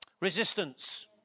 resistance